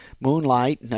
moonlight